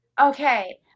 Okay